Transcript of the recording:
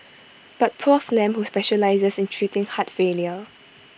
but Prof Lam who specialises in treating heart failure